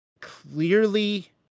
Clearly